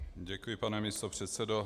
Děkuji, pane místopředsedo.